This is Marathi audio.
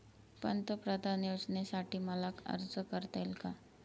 पंतप्रधान योजनेसाठी मला अर्ज करता येईल का?